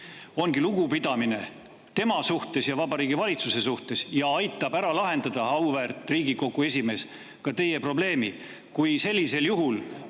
ongi lugupidamine tema suhtes ja Vabariigi Valitsuse suhtes ning aitab ära lahendada, auväärt Riigikogu esimees, ka teie probleemi. Kui esitatakse